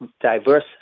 diverse